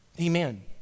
Amen